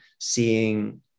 seeing